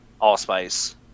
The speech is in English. allspice